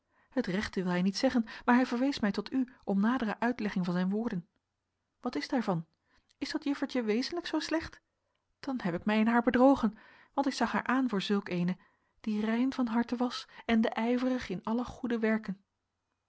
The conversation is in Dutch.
het rechte wilde hij niet zeggen maar hij verwees mij tot u om nadere uitlegging van zijn woorden wat is daarvan is dat juffertje wezenlijk zoo slecht dan heb ik mij in haar bedrogen want ik zag haar aan voor zulk eene die rein van harte was ende yverig in alle goede wercken